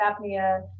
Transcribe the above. apnea